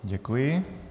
Děkuji.